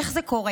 איך זה קורה?